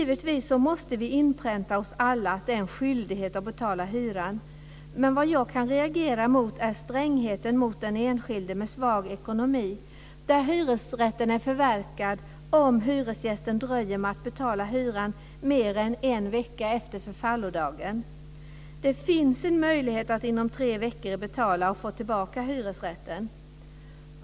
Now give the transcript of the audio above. Vi måste givetvis inpränta hos alla att det är en skyldighet att betala hyran, men jag kan reagera mot strängheten mot den enskilde med svag ekonomi. Hyresrätten anses förverkad om hyresgästen dröjer med att betala hyran mer än en vecka efter förfallodagen. Det finns en möjlighet att inom tre veckor betala och få tillbaka hyresrätten.